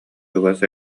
чугас